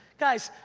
guys,